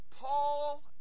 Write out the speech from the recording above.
Paul